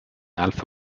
alpha